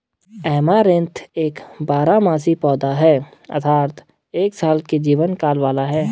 amaranth एक बारहमासी पौधा है अर्थात एक साल के जीवन काल वाला है